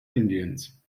indiens